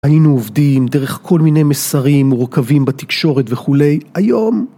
היינו עובדים דרך כל מיני מסרים מרוכבים בתקשורת וכולי, היום